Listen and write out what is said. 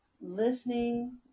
listening